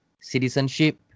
citizenship